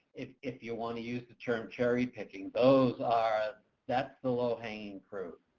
if if you want to use the term cherry picking, those are that's the low-hanging fruit.